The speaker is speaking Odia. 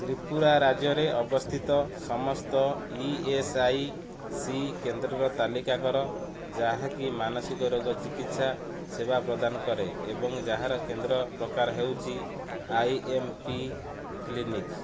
ତ୍ରିପୁରା ରାଜ୍ୟରେ ଅବସ୍ଥିତ ସମସ୍ତ ଇ ଏସ୍ ଆଇ ସି କେନ୍ଦ୍ରର ତାଲିକା କର ଯାହାକି ମାନସିକ ରୋଗ ଚିକିତ୍ସା ସେବା ପ୍ରଦାନ କରେ ଏବଂ ଯାହାର କେନ୍ଦ୍ର ପ୍ରକାର ହେଉଛି ଆଇ ଏମ୍ ପି କ୍ଲିନିକ୍